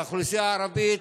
והאוכלוסייה הערבית,